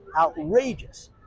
outrageous